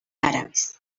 árabes